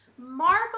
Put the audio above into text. Marvel